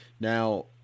Now